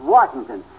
Washington